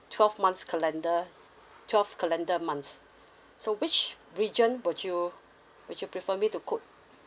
twelve months calendar twelve calendar months so which region would you would you prefer me to quote